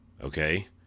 okay